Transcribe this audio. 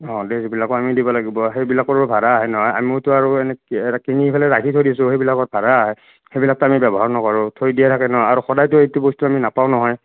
নহ'লে সেইবিলাকো আমি দিব লাগিব সেইবিলাকৰো ভাড়া আহে নহয় আমিওতো আৰু এনে কি কিনি পেলাই ৰাখি থৈ দিছোঁ সেইবিলাকত ভাড়া আহে সেইবিলাকতো আমি ব্যৱহাৰ নকৰোঁ থৈ দিয়া থাকে ন' আৰু সদায়তো সেইতো বস্তু আমি নাপাওঁ নহয়